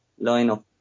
lineup